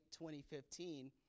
2015